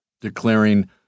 declaring